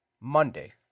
Monday